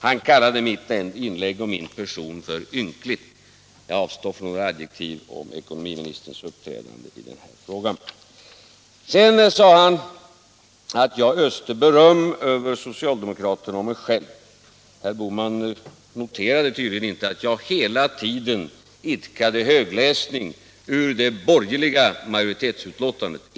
Han kallade mitt inlägg och min person ynkliga. Jag avstår från adjektiv om ekonomiministerns uppträdande. Sedan sade herr Bohman att jag öste beröm över socialdemokraterna och mig själv. Herr Bohman noterade tydligen inte att jag hela tiden idkade högläsning ur det borgerliga majoritetsbetänkandet.